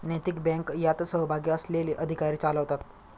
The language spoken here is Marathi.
नैतिक बँक यात सहभागी असलेले अधिकारी चालवतात